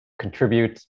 contribute